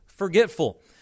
forgetful